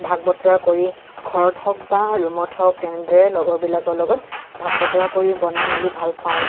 ভাগ বতৰা কৰি ঘৰত হওক বা ৰুমত হওক তেনেদৰে লগৰ বিলাকৰ লগত ভাগ বতৰা কৰি বনাই মেলি ভাল পাওঁ